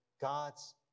God's